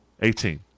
Eighteen